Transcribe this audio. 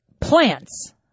plants